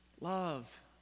Love